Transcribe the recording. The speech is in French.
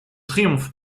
triomphe